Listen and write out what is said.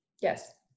Yes